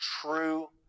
true